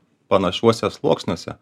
panašiuose sluoksniuose